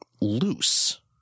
loose